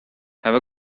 have